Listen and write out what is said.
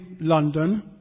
London